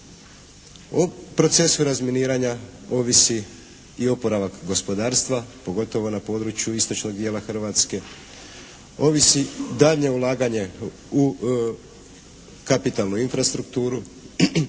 O procesu razminiranja ovisi i oporavak gospodarstva pogotovo na području istočnog dijela Hrvatske. Ovisi daljnje ulaganje u kapitalnu infrastrukturu,